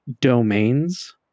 domains